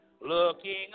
looking